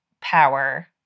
power